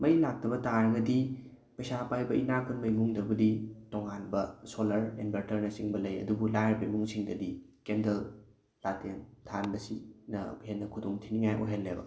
ꯃꯩ ꯂꯥꯛꯇꯕ ꯇꯥꯔꯒꯗꯤ ꯄꯩꯁꯥ ꯄꯥꯏꯕ ꯏꯅꯥꯛ ꯈꯨꯟꯕ ꯏꯃꯨꯡꯗꯕꯨꯗꯤ ꯇꯣꯉꯥꯟꯕ ꯁꯣꯂꯔ ꯏꯟꯕꯔꯇꯔꯅ ꯆꯤꯡꯕ ꯂꯩ ꯑꯗꯨꯕꯨ ꯂꯥꯏꯔꯕ ꯏꯃꯨꯡꯁꯤꯡꯗꯗꯤ ꯀꯦꯟꯗꯜ ꯂꯥꯇꯦꯟ ꯊꯥꯟꯕꯁꯤꯅ ꯍꯦꯟꯅ ꯈꯨꯗꯣꯡ ꯊꯤꯅꯤꯡꯉꯥꯏ ꯑꯣꯏꯍꯜꯂꯦꯕ